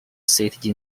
city